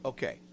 Okay